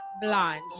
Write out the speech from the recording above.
Blonde